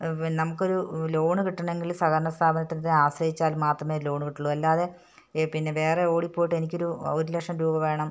പിന്നെ നമുക്കൊരു ലോണ് കിട്ടണമെങ്കില് സഹകരണ സ്ഥാപനത്തിൽ ആശ്രയിച്ചാൽ മാത്രമേ ലോണ് കിട്ടുകയുള്ളു അല്ലാതെ പിന്നെ വേറെ ഓടി പോയിട്ട് എനിക്കൊരു ഒരു ലക്ഷം രൂപ വേണം